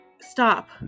stop